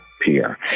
Pierre